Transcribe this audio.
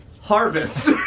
harvest